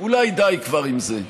אולי די כבר עם זה?